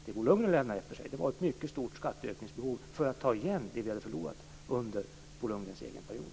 Det Bo Lundgren lämnade efter sig var ett mycket stort skatteökningsbehov för att ta igen det vi hade förlorat under Bo Lundgrens egen period.